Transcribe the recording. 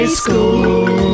school